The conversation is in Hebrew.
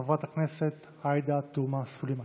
חברת הכנסת עאידה תומא סלימאן.